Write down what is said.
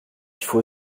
faut